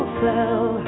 fell